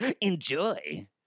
Enjoy